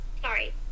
sorry